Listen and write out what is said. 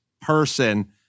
person